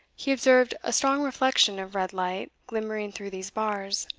he observed a strong reflection of red light glimmering through these bars,